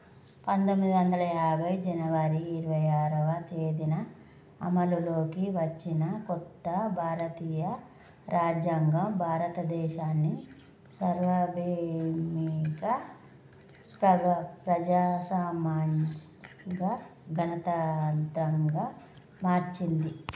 పందొమ్మిది వందల యాభై జనవరి ఇరవై ఆరవ తేదిన అమలులోకి వచ్చిన కొత్త భారతీయ రాజ్యాంగం భారతదేశాన్ని సార్వభౌమిక ప్రజా ప్రజాస్వామ్య గణతంత్రంగా మార్చింది